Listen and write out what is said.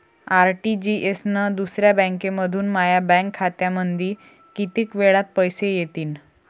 RTGS न दुसऱ्या बँकेमंधून माया बँक खात्यामंधी कितीक वेळातं पैसे येतीनं?